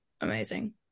amazing